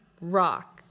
rock